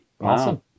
Awesome